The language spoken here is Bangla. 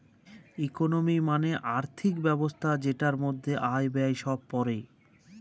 ইকোনমি মানে আর্থিক ব্যবস্থা যেটার মধ্যে আয়, ব্যয় সব পড়ে